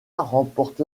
remporte